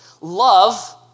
love